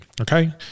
Okay